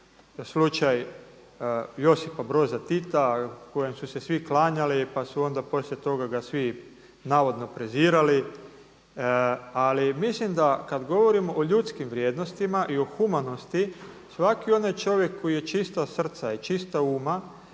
slučaj Josipa Broza Tita kojem su se svi klanjali pa su onda poslije toga ga svi navodno prezirali. Ali mislim da kada govorimo o ljudskim vrijednostima i o humanosti, svaki onaj čovjek koji je čista srca i čista uma